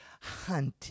hunting